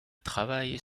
travaille